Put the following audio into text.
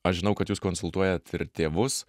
aš žinau kad jūs konsultuojat ir tėvus